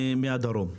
מהדרום.